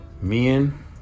Men